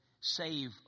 save